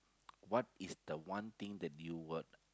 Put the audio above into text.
what is the one thing that you would